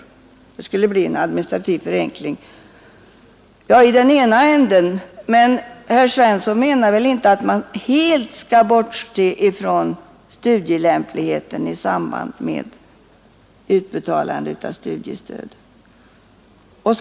Ja, det skulle bli enklare i den ena ändan. Men herr Svensson menar väl inte att man helt skall bortse från studielämpligheten i samband med utbetalandet av studiestöd?